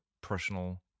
personal